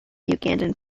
ugandan